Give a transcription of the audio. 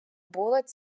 було